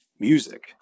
music